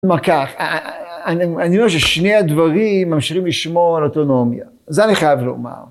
מה כך(?), אני רואה ששני הדברים ממשיכים לשמור על אוטונומיה, זה אני חייב לומר.